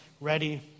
ready